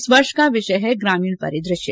इस वर्ष का विषय है ग्रामीण परिदृश्य